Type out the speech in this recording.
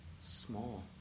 small